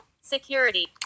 Security